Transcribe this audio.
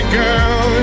girl